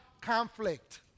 conflict